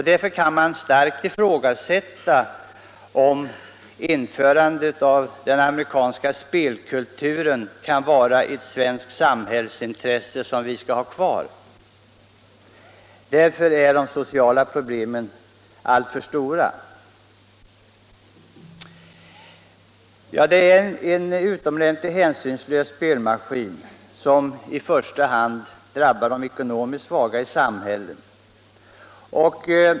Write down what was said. Därför kan man starkt ifrågasätta, om införandet av den amerikanska ”spelkulturen” kan vara ett svenskt samhällsintresse och något som vi bör ha kvar. De medföljande sociala problemen är alltför stora. Det är en utomordentligt hänsynslös spelmaskin, som i första hand drabbar de ekonomiskt svaga i samhället.